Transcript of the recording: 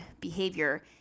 behavior